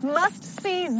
must-see